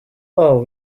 are